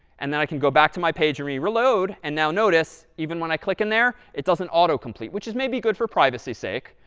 and then i can go back to my page and reload, and now notice, even when i click in there, it doesn't autocomplete, which is maybe good for privacy's sake.